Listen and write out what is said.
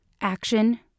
Action